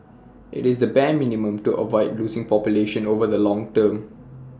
IT is the bare minimum to avoid losing population over the long term